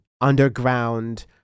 underground